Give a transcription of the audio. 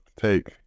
take